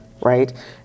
right